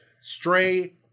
Stray